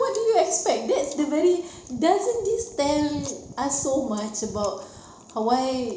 what do you expect that's the very doesn't this tell us so much about why